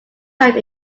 time